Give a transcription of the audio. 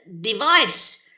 device